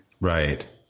Right